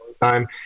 time